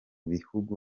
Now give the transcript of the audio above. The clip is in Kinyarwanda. bihugu